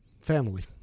Family